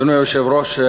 אדוני היושב-ראש,